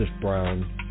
Brown